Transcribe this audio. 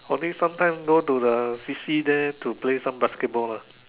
only sometime go to the C_C there to play some basketball lah